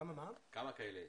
כמה כאלה יש?